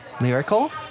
Lyrical